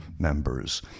Members